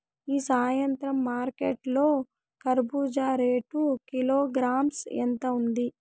ఈ సాయంత్రం మార్కెట్ లో కర్బూజ రేటు కిలోగ్రామ్స్ ఎంత ఉంది?